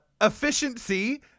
efficiency